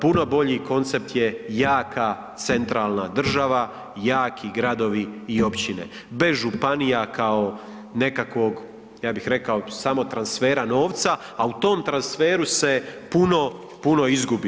Puno bolji koncept je jaka centralna država, jaki gradovi i općine bez županija kao nekakvog, ja bih rekao, samo transfera novca, a u tom transferu se puno, puno izgubi.